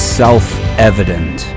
self-evident